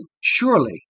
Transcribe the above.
surely